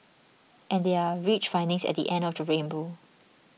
and there are rich findings at the end of the rainbow